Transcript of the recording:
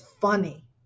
funny